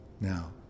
now